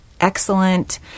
Excellent